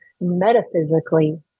metaphysically